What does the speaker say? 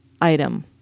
item